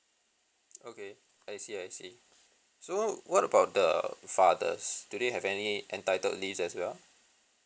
okay I see I see so what about the fathers do they have any entitled leaves as well